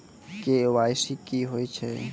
KYC की होय छै?